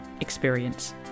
experience